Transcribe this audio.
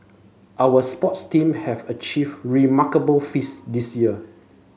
our sports team have achieved remarkable feats this year